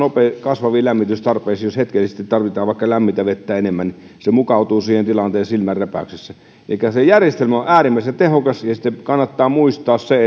kasvaviin lämmitystarpeisiin jos hetkellisesti tarvitaan vaikka lämmintä vettä enemmän se mukautuu siihen tilanteeseen silmänräpäyksessä elikkä se järjestelmä on äärimmäisen tehokas kannattaa muistaa se